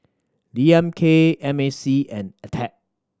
D M K M A C and Attack